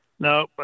No